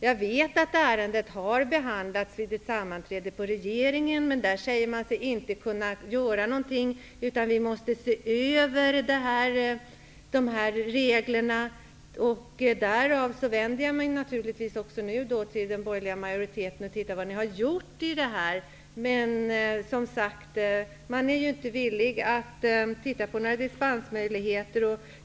Jag vet att ärendet har behandlats vid ett sammanträde i regeringen. Men där säger man sig inte kunna göra någonting. Reglerna måste ses över, heter det. Jag vänder mig således till representanterna för den borgerliga majoriteten för att få veta vad som gjorts här. Men man är, som sagt, inte villig att se över några dispensmöjligheter.